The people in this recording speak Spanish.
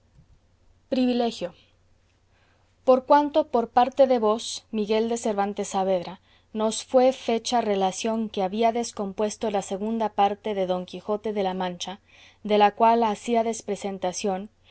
privilegio por cuanto por parte de vos miguel de cervantes saavedra nos fue fecha relación que habíades compuesto la segunda parte de don quijote de la mancha de la cual hacíades